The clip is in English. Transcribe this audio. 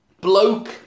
bloke